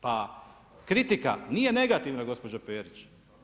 Pa kritika nije negativna, gospođo Perić.